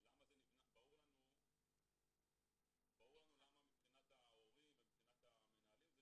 ברור לנו למה מבחינת ההורים והמנהלים זה